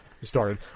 started